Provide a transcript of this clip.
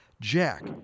Jack